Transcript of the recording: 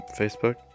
facebook